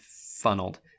funneled